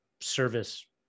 service